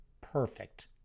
perfect